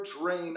drain